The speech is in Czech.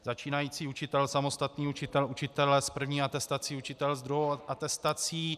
Začínající učitel, samostatný učitel, učitel s první atestací, učitel s druhou atestací.